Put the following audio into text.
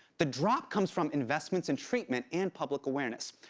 the drop comes from investments in treatment and public awareness.